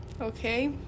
Okay